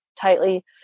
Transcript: tightly